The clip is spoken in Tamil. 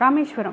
ராமேஸ்வரம்